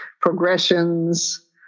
progressions